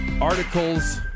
articles